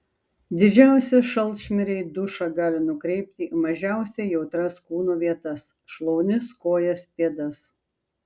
didžiausi šalčmiriai dušą gali nukreipti į mažiausiai jautrias kūno vietas šlaunis kojas pėdas